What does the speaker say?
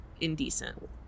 indecent